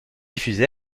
diffusé